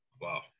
wow